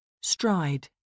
stride